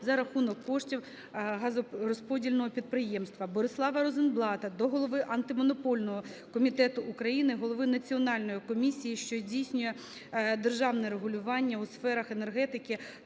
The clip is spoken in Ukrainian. за рахунок коштів газорозподільного підприємства. Борислава Розенблата до голови Антимонопольного комітету України, голови Національної комісії, що здійснює державне регулювання у сферах енергетики